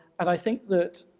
and i think that,